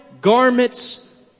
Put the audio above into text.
garments